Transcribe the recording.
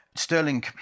Sterling